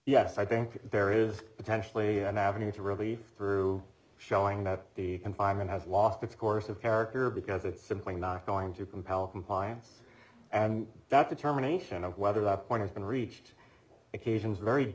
yes i think there is potentially an avenue to really through showing that the environment has lost its course of character because it's simply not going to compel compliance and that determination of whether up one has been reached occasions very